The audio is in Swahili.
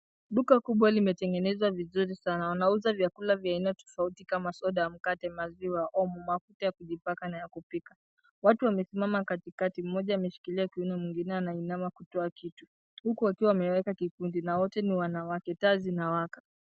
Duka kubwa limetengenezwa vizuri sana na wanauza vyakula vya aina tofauti kama soda, mkate, maziwa, omo, mafuta ya kujipaka na ya kupika. Watu wamesimama katikati, mmoja ameshikilia kiuno, mwingine anainama kutoa kitu huku akiwa ameweka kikundi na wote ni wanawake. Taa zinawaka.